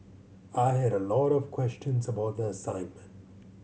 I had a lot of questions about the assignment